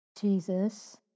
Jesus